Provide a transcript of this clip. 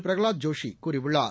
Pralhad ஜோஷிகூறியுள்ளார்